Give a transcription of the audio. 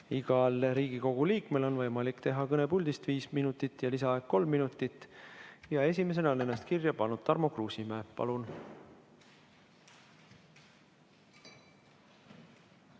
Igal Riigikogu liikmel on võimalik pidada puldist viis minutit kõnet ja lisaaega on kolm minutit. Esimesena on ennast kirja pannud Tarmo Kruusimäe. Palun!